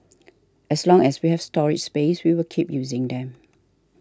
as long as we have storage space we will keep using them